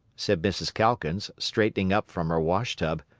said mrs. calkins, straightening up from her wash-tub.